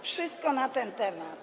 Wszystko na ten temat.